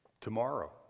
Tomorrow